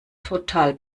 total